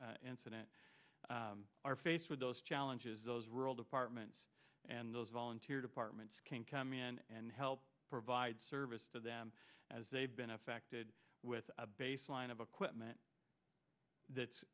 and incident are faced with those challenges those rural departments and those volunteer departments can come in and help provide service to them as they've been affected with a baseline of equipment that